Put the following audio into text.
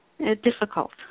Difficult